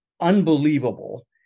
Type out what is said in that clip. unbelievable